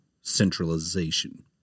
centralization